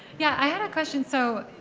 yeah, i had a question. so,